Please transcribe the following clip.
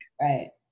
right